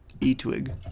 e-twig